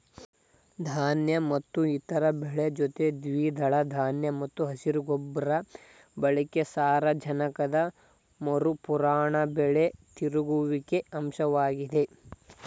ಧಾನ್ಯ ಮತ್ತು ಇತರ ಬೆಳೆ ಜೊತೆ ದ್ವಿದಳ ಧಾನ್ಯ ಮತ್ತು ಹಸಿರು ಗೊಬ್ಬರ ಬಳಕೆ ಸಾರಜನಕದ ಮರುಪೂರಣ ಬೆಳೆ ತಿರುಗುವಿಕೆಯ ಅಂಶವಾಗಿದೆ